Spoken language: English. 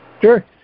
Sure